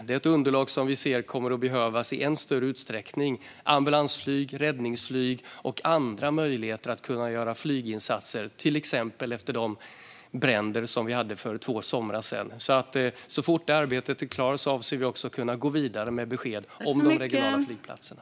Det är ett underlag som vi ser kommer att behövas i än större utsträckning för ambulansflyg, räddningsflyg och andra möjligheter till flyginsatser, exempelvis som efter de bränder vi hade för två somrar sedan. Så fort det arbetet är klart avser vi att kunna gå vidare med besked om de regionala flygplatserna.